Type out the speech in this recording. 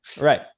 right